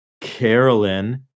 Carolyn